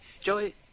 Joey